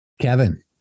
kevin